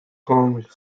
kong